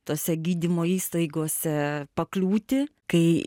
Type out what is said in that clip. tose gydymo įstaigose pakliūti kai